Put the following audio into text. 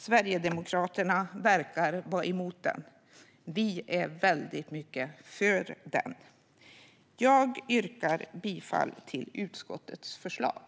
Sverigedemokraterna verkar vara emot den, men vi är väldigt mycket för den. Jag yrkar bifall till utskottets förslag.